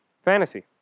fantasy